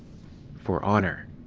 for honor.